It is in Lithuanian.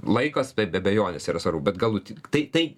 laikas taip be abejonės yra svarbu bet galut tai tai